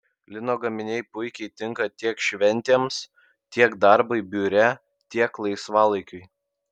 lino gaminiai puikiai tinka tiek šventėms tiek darbui biure tiek laisvalaikiui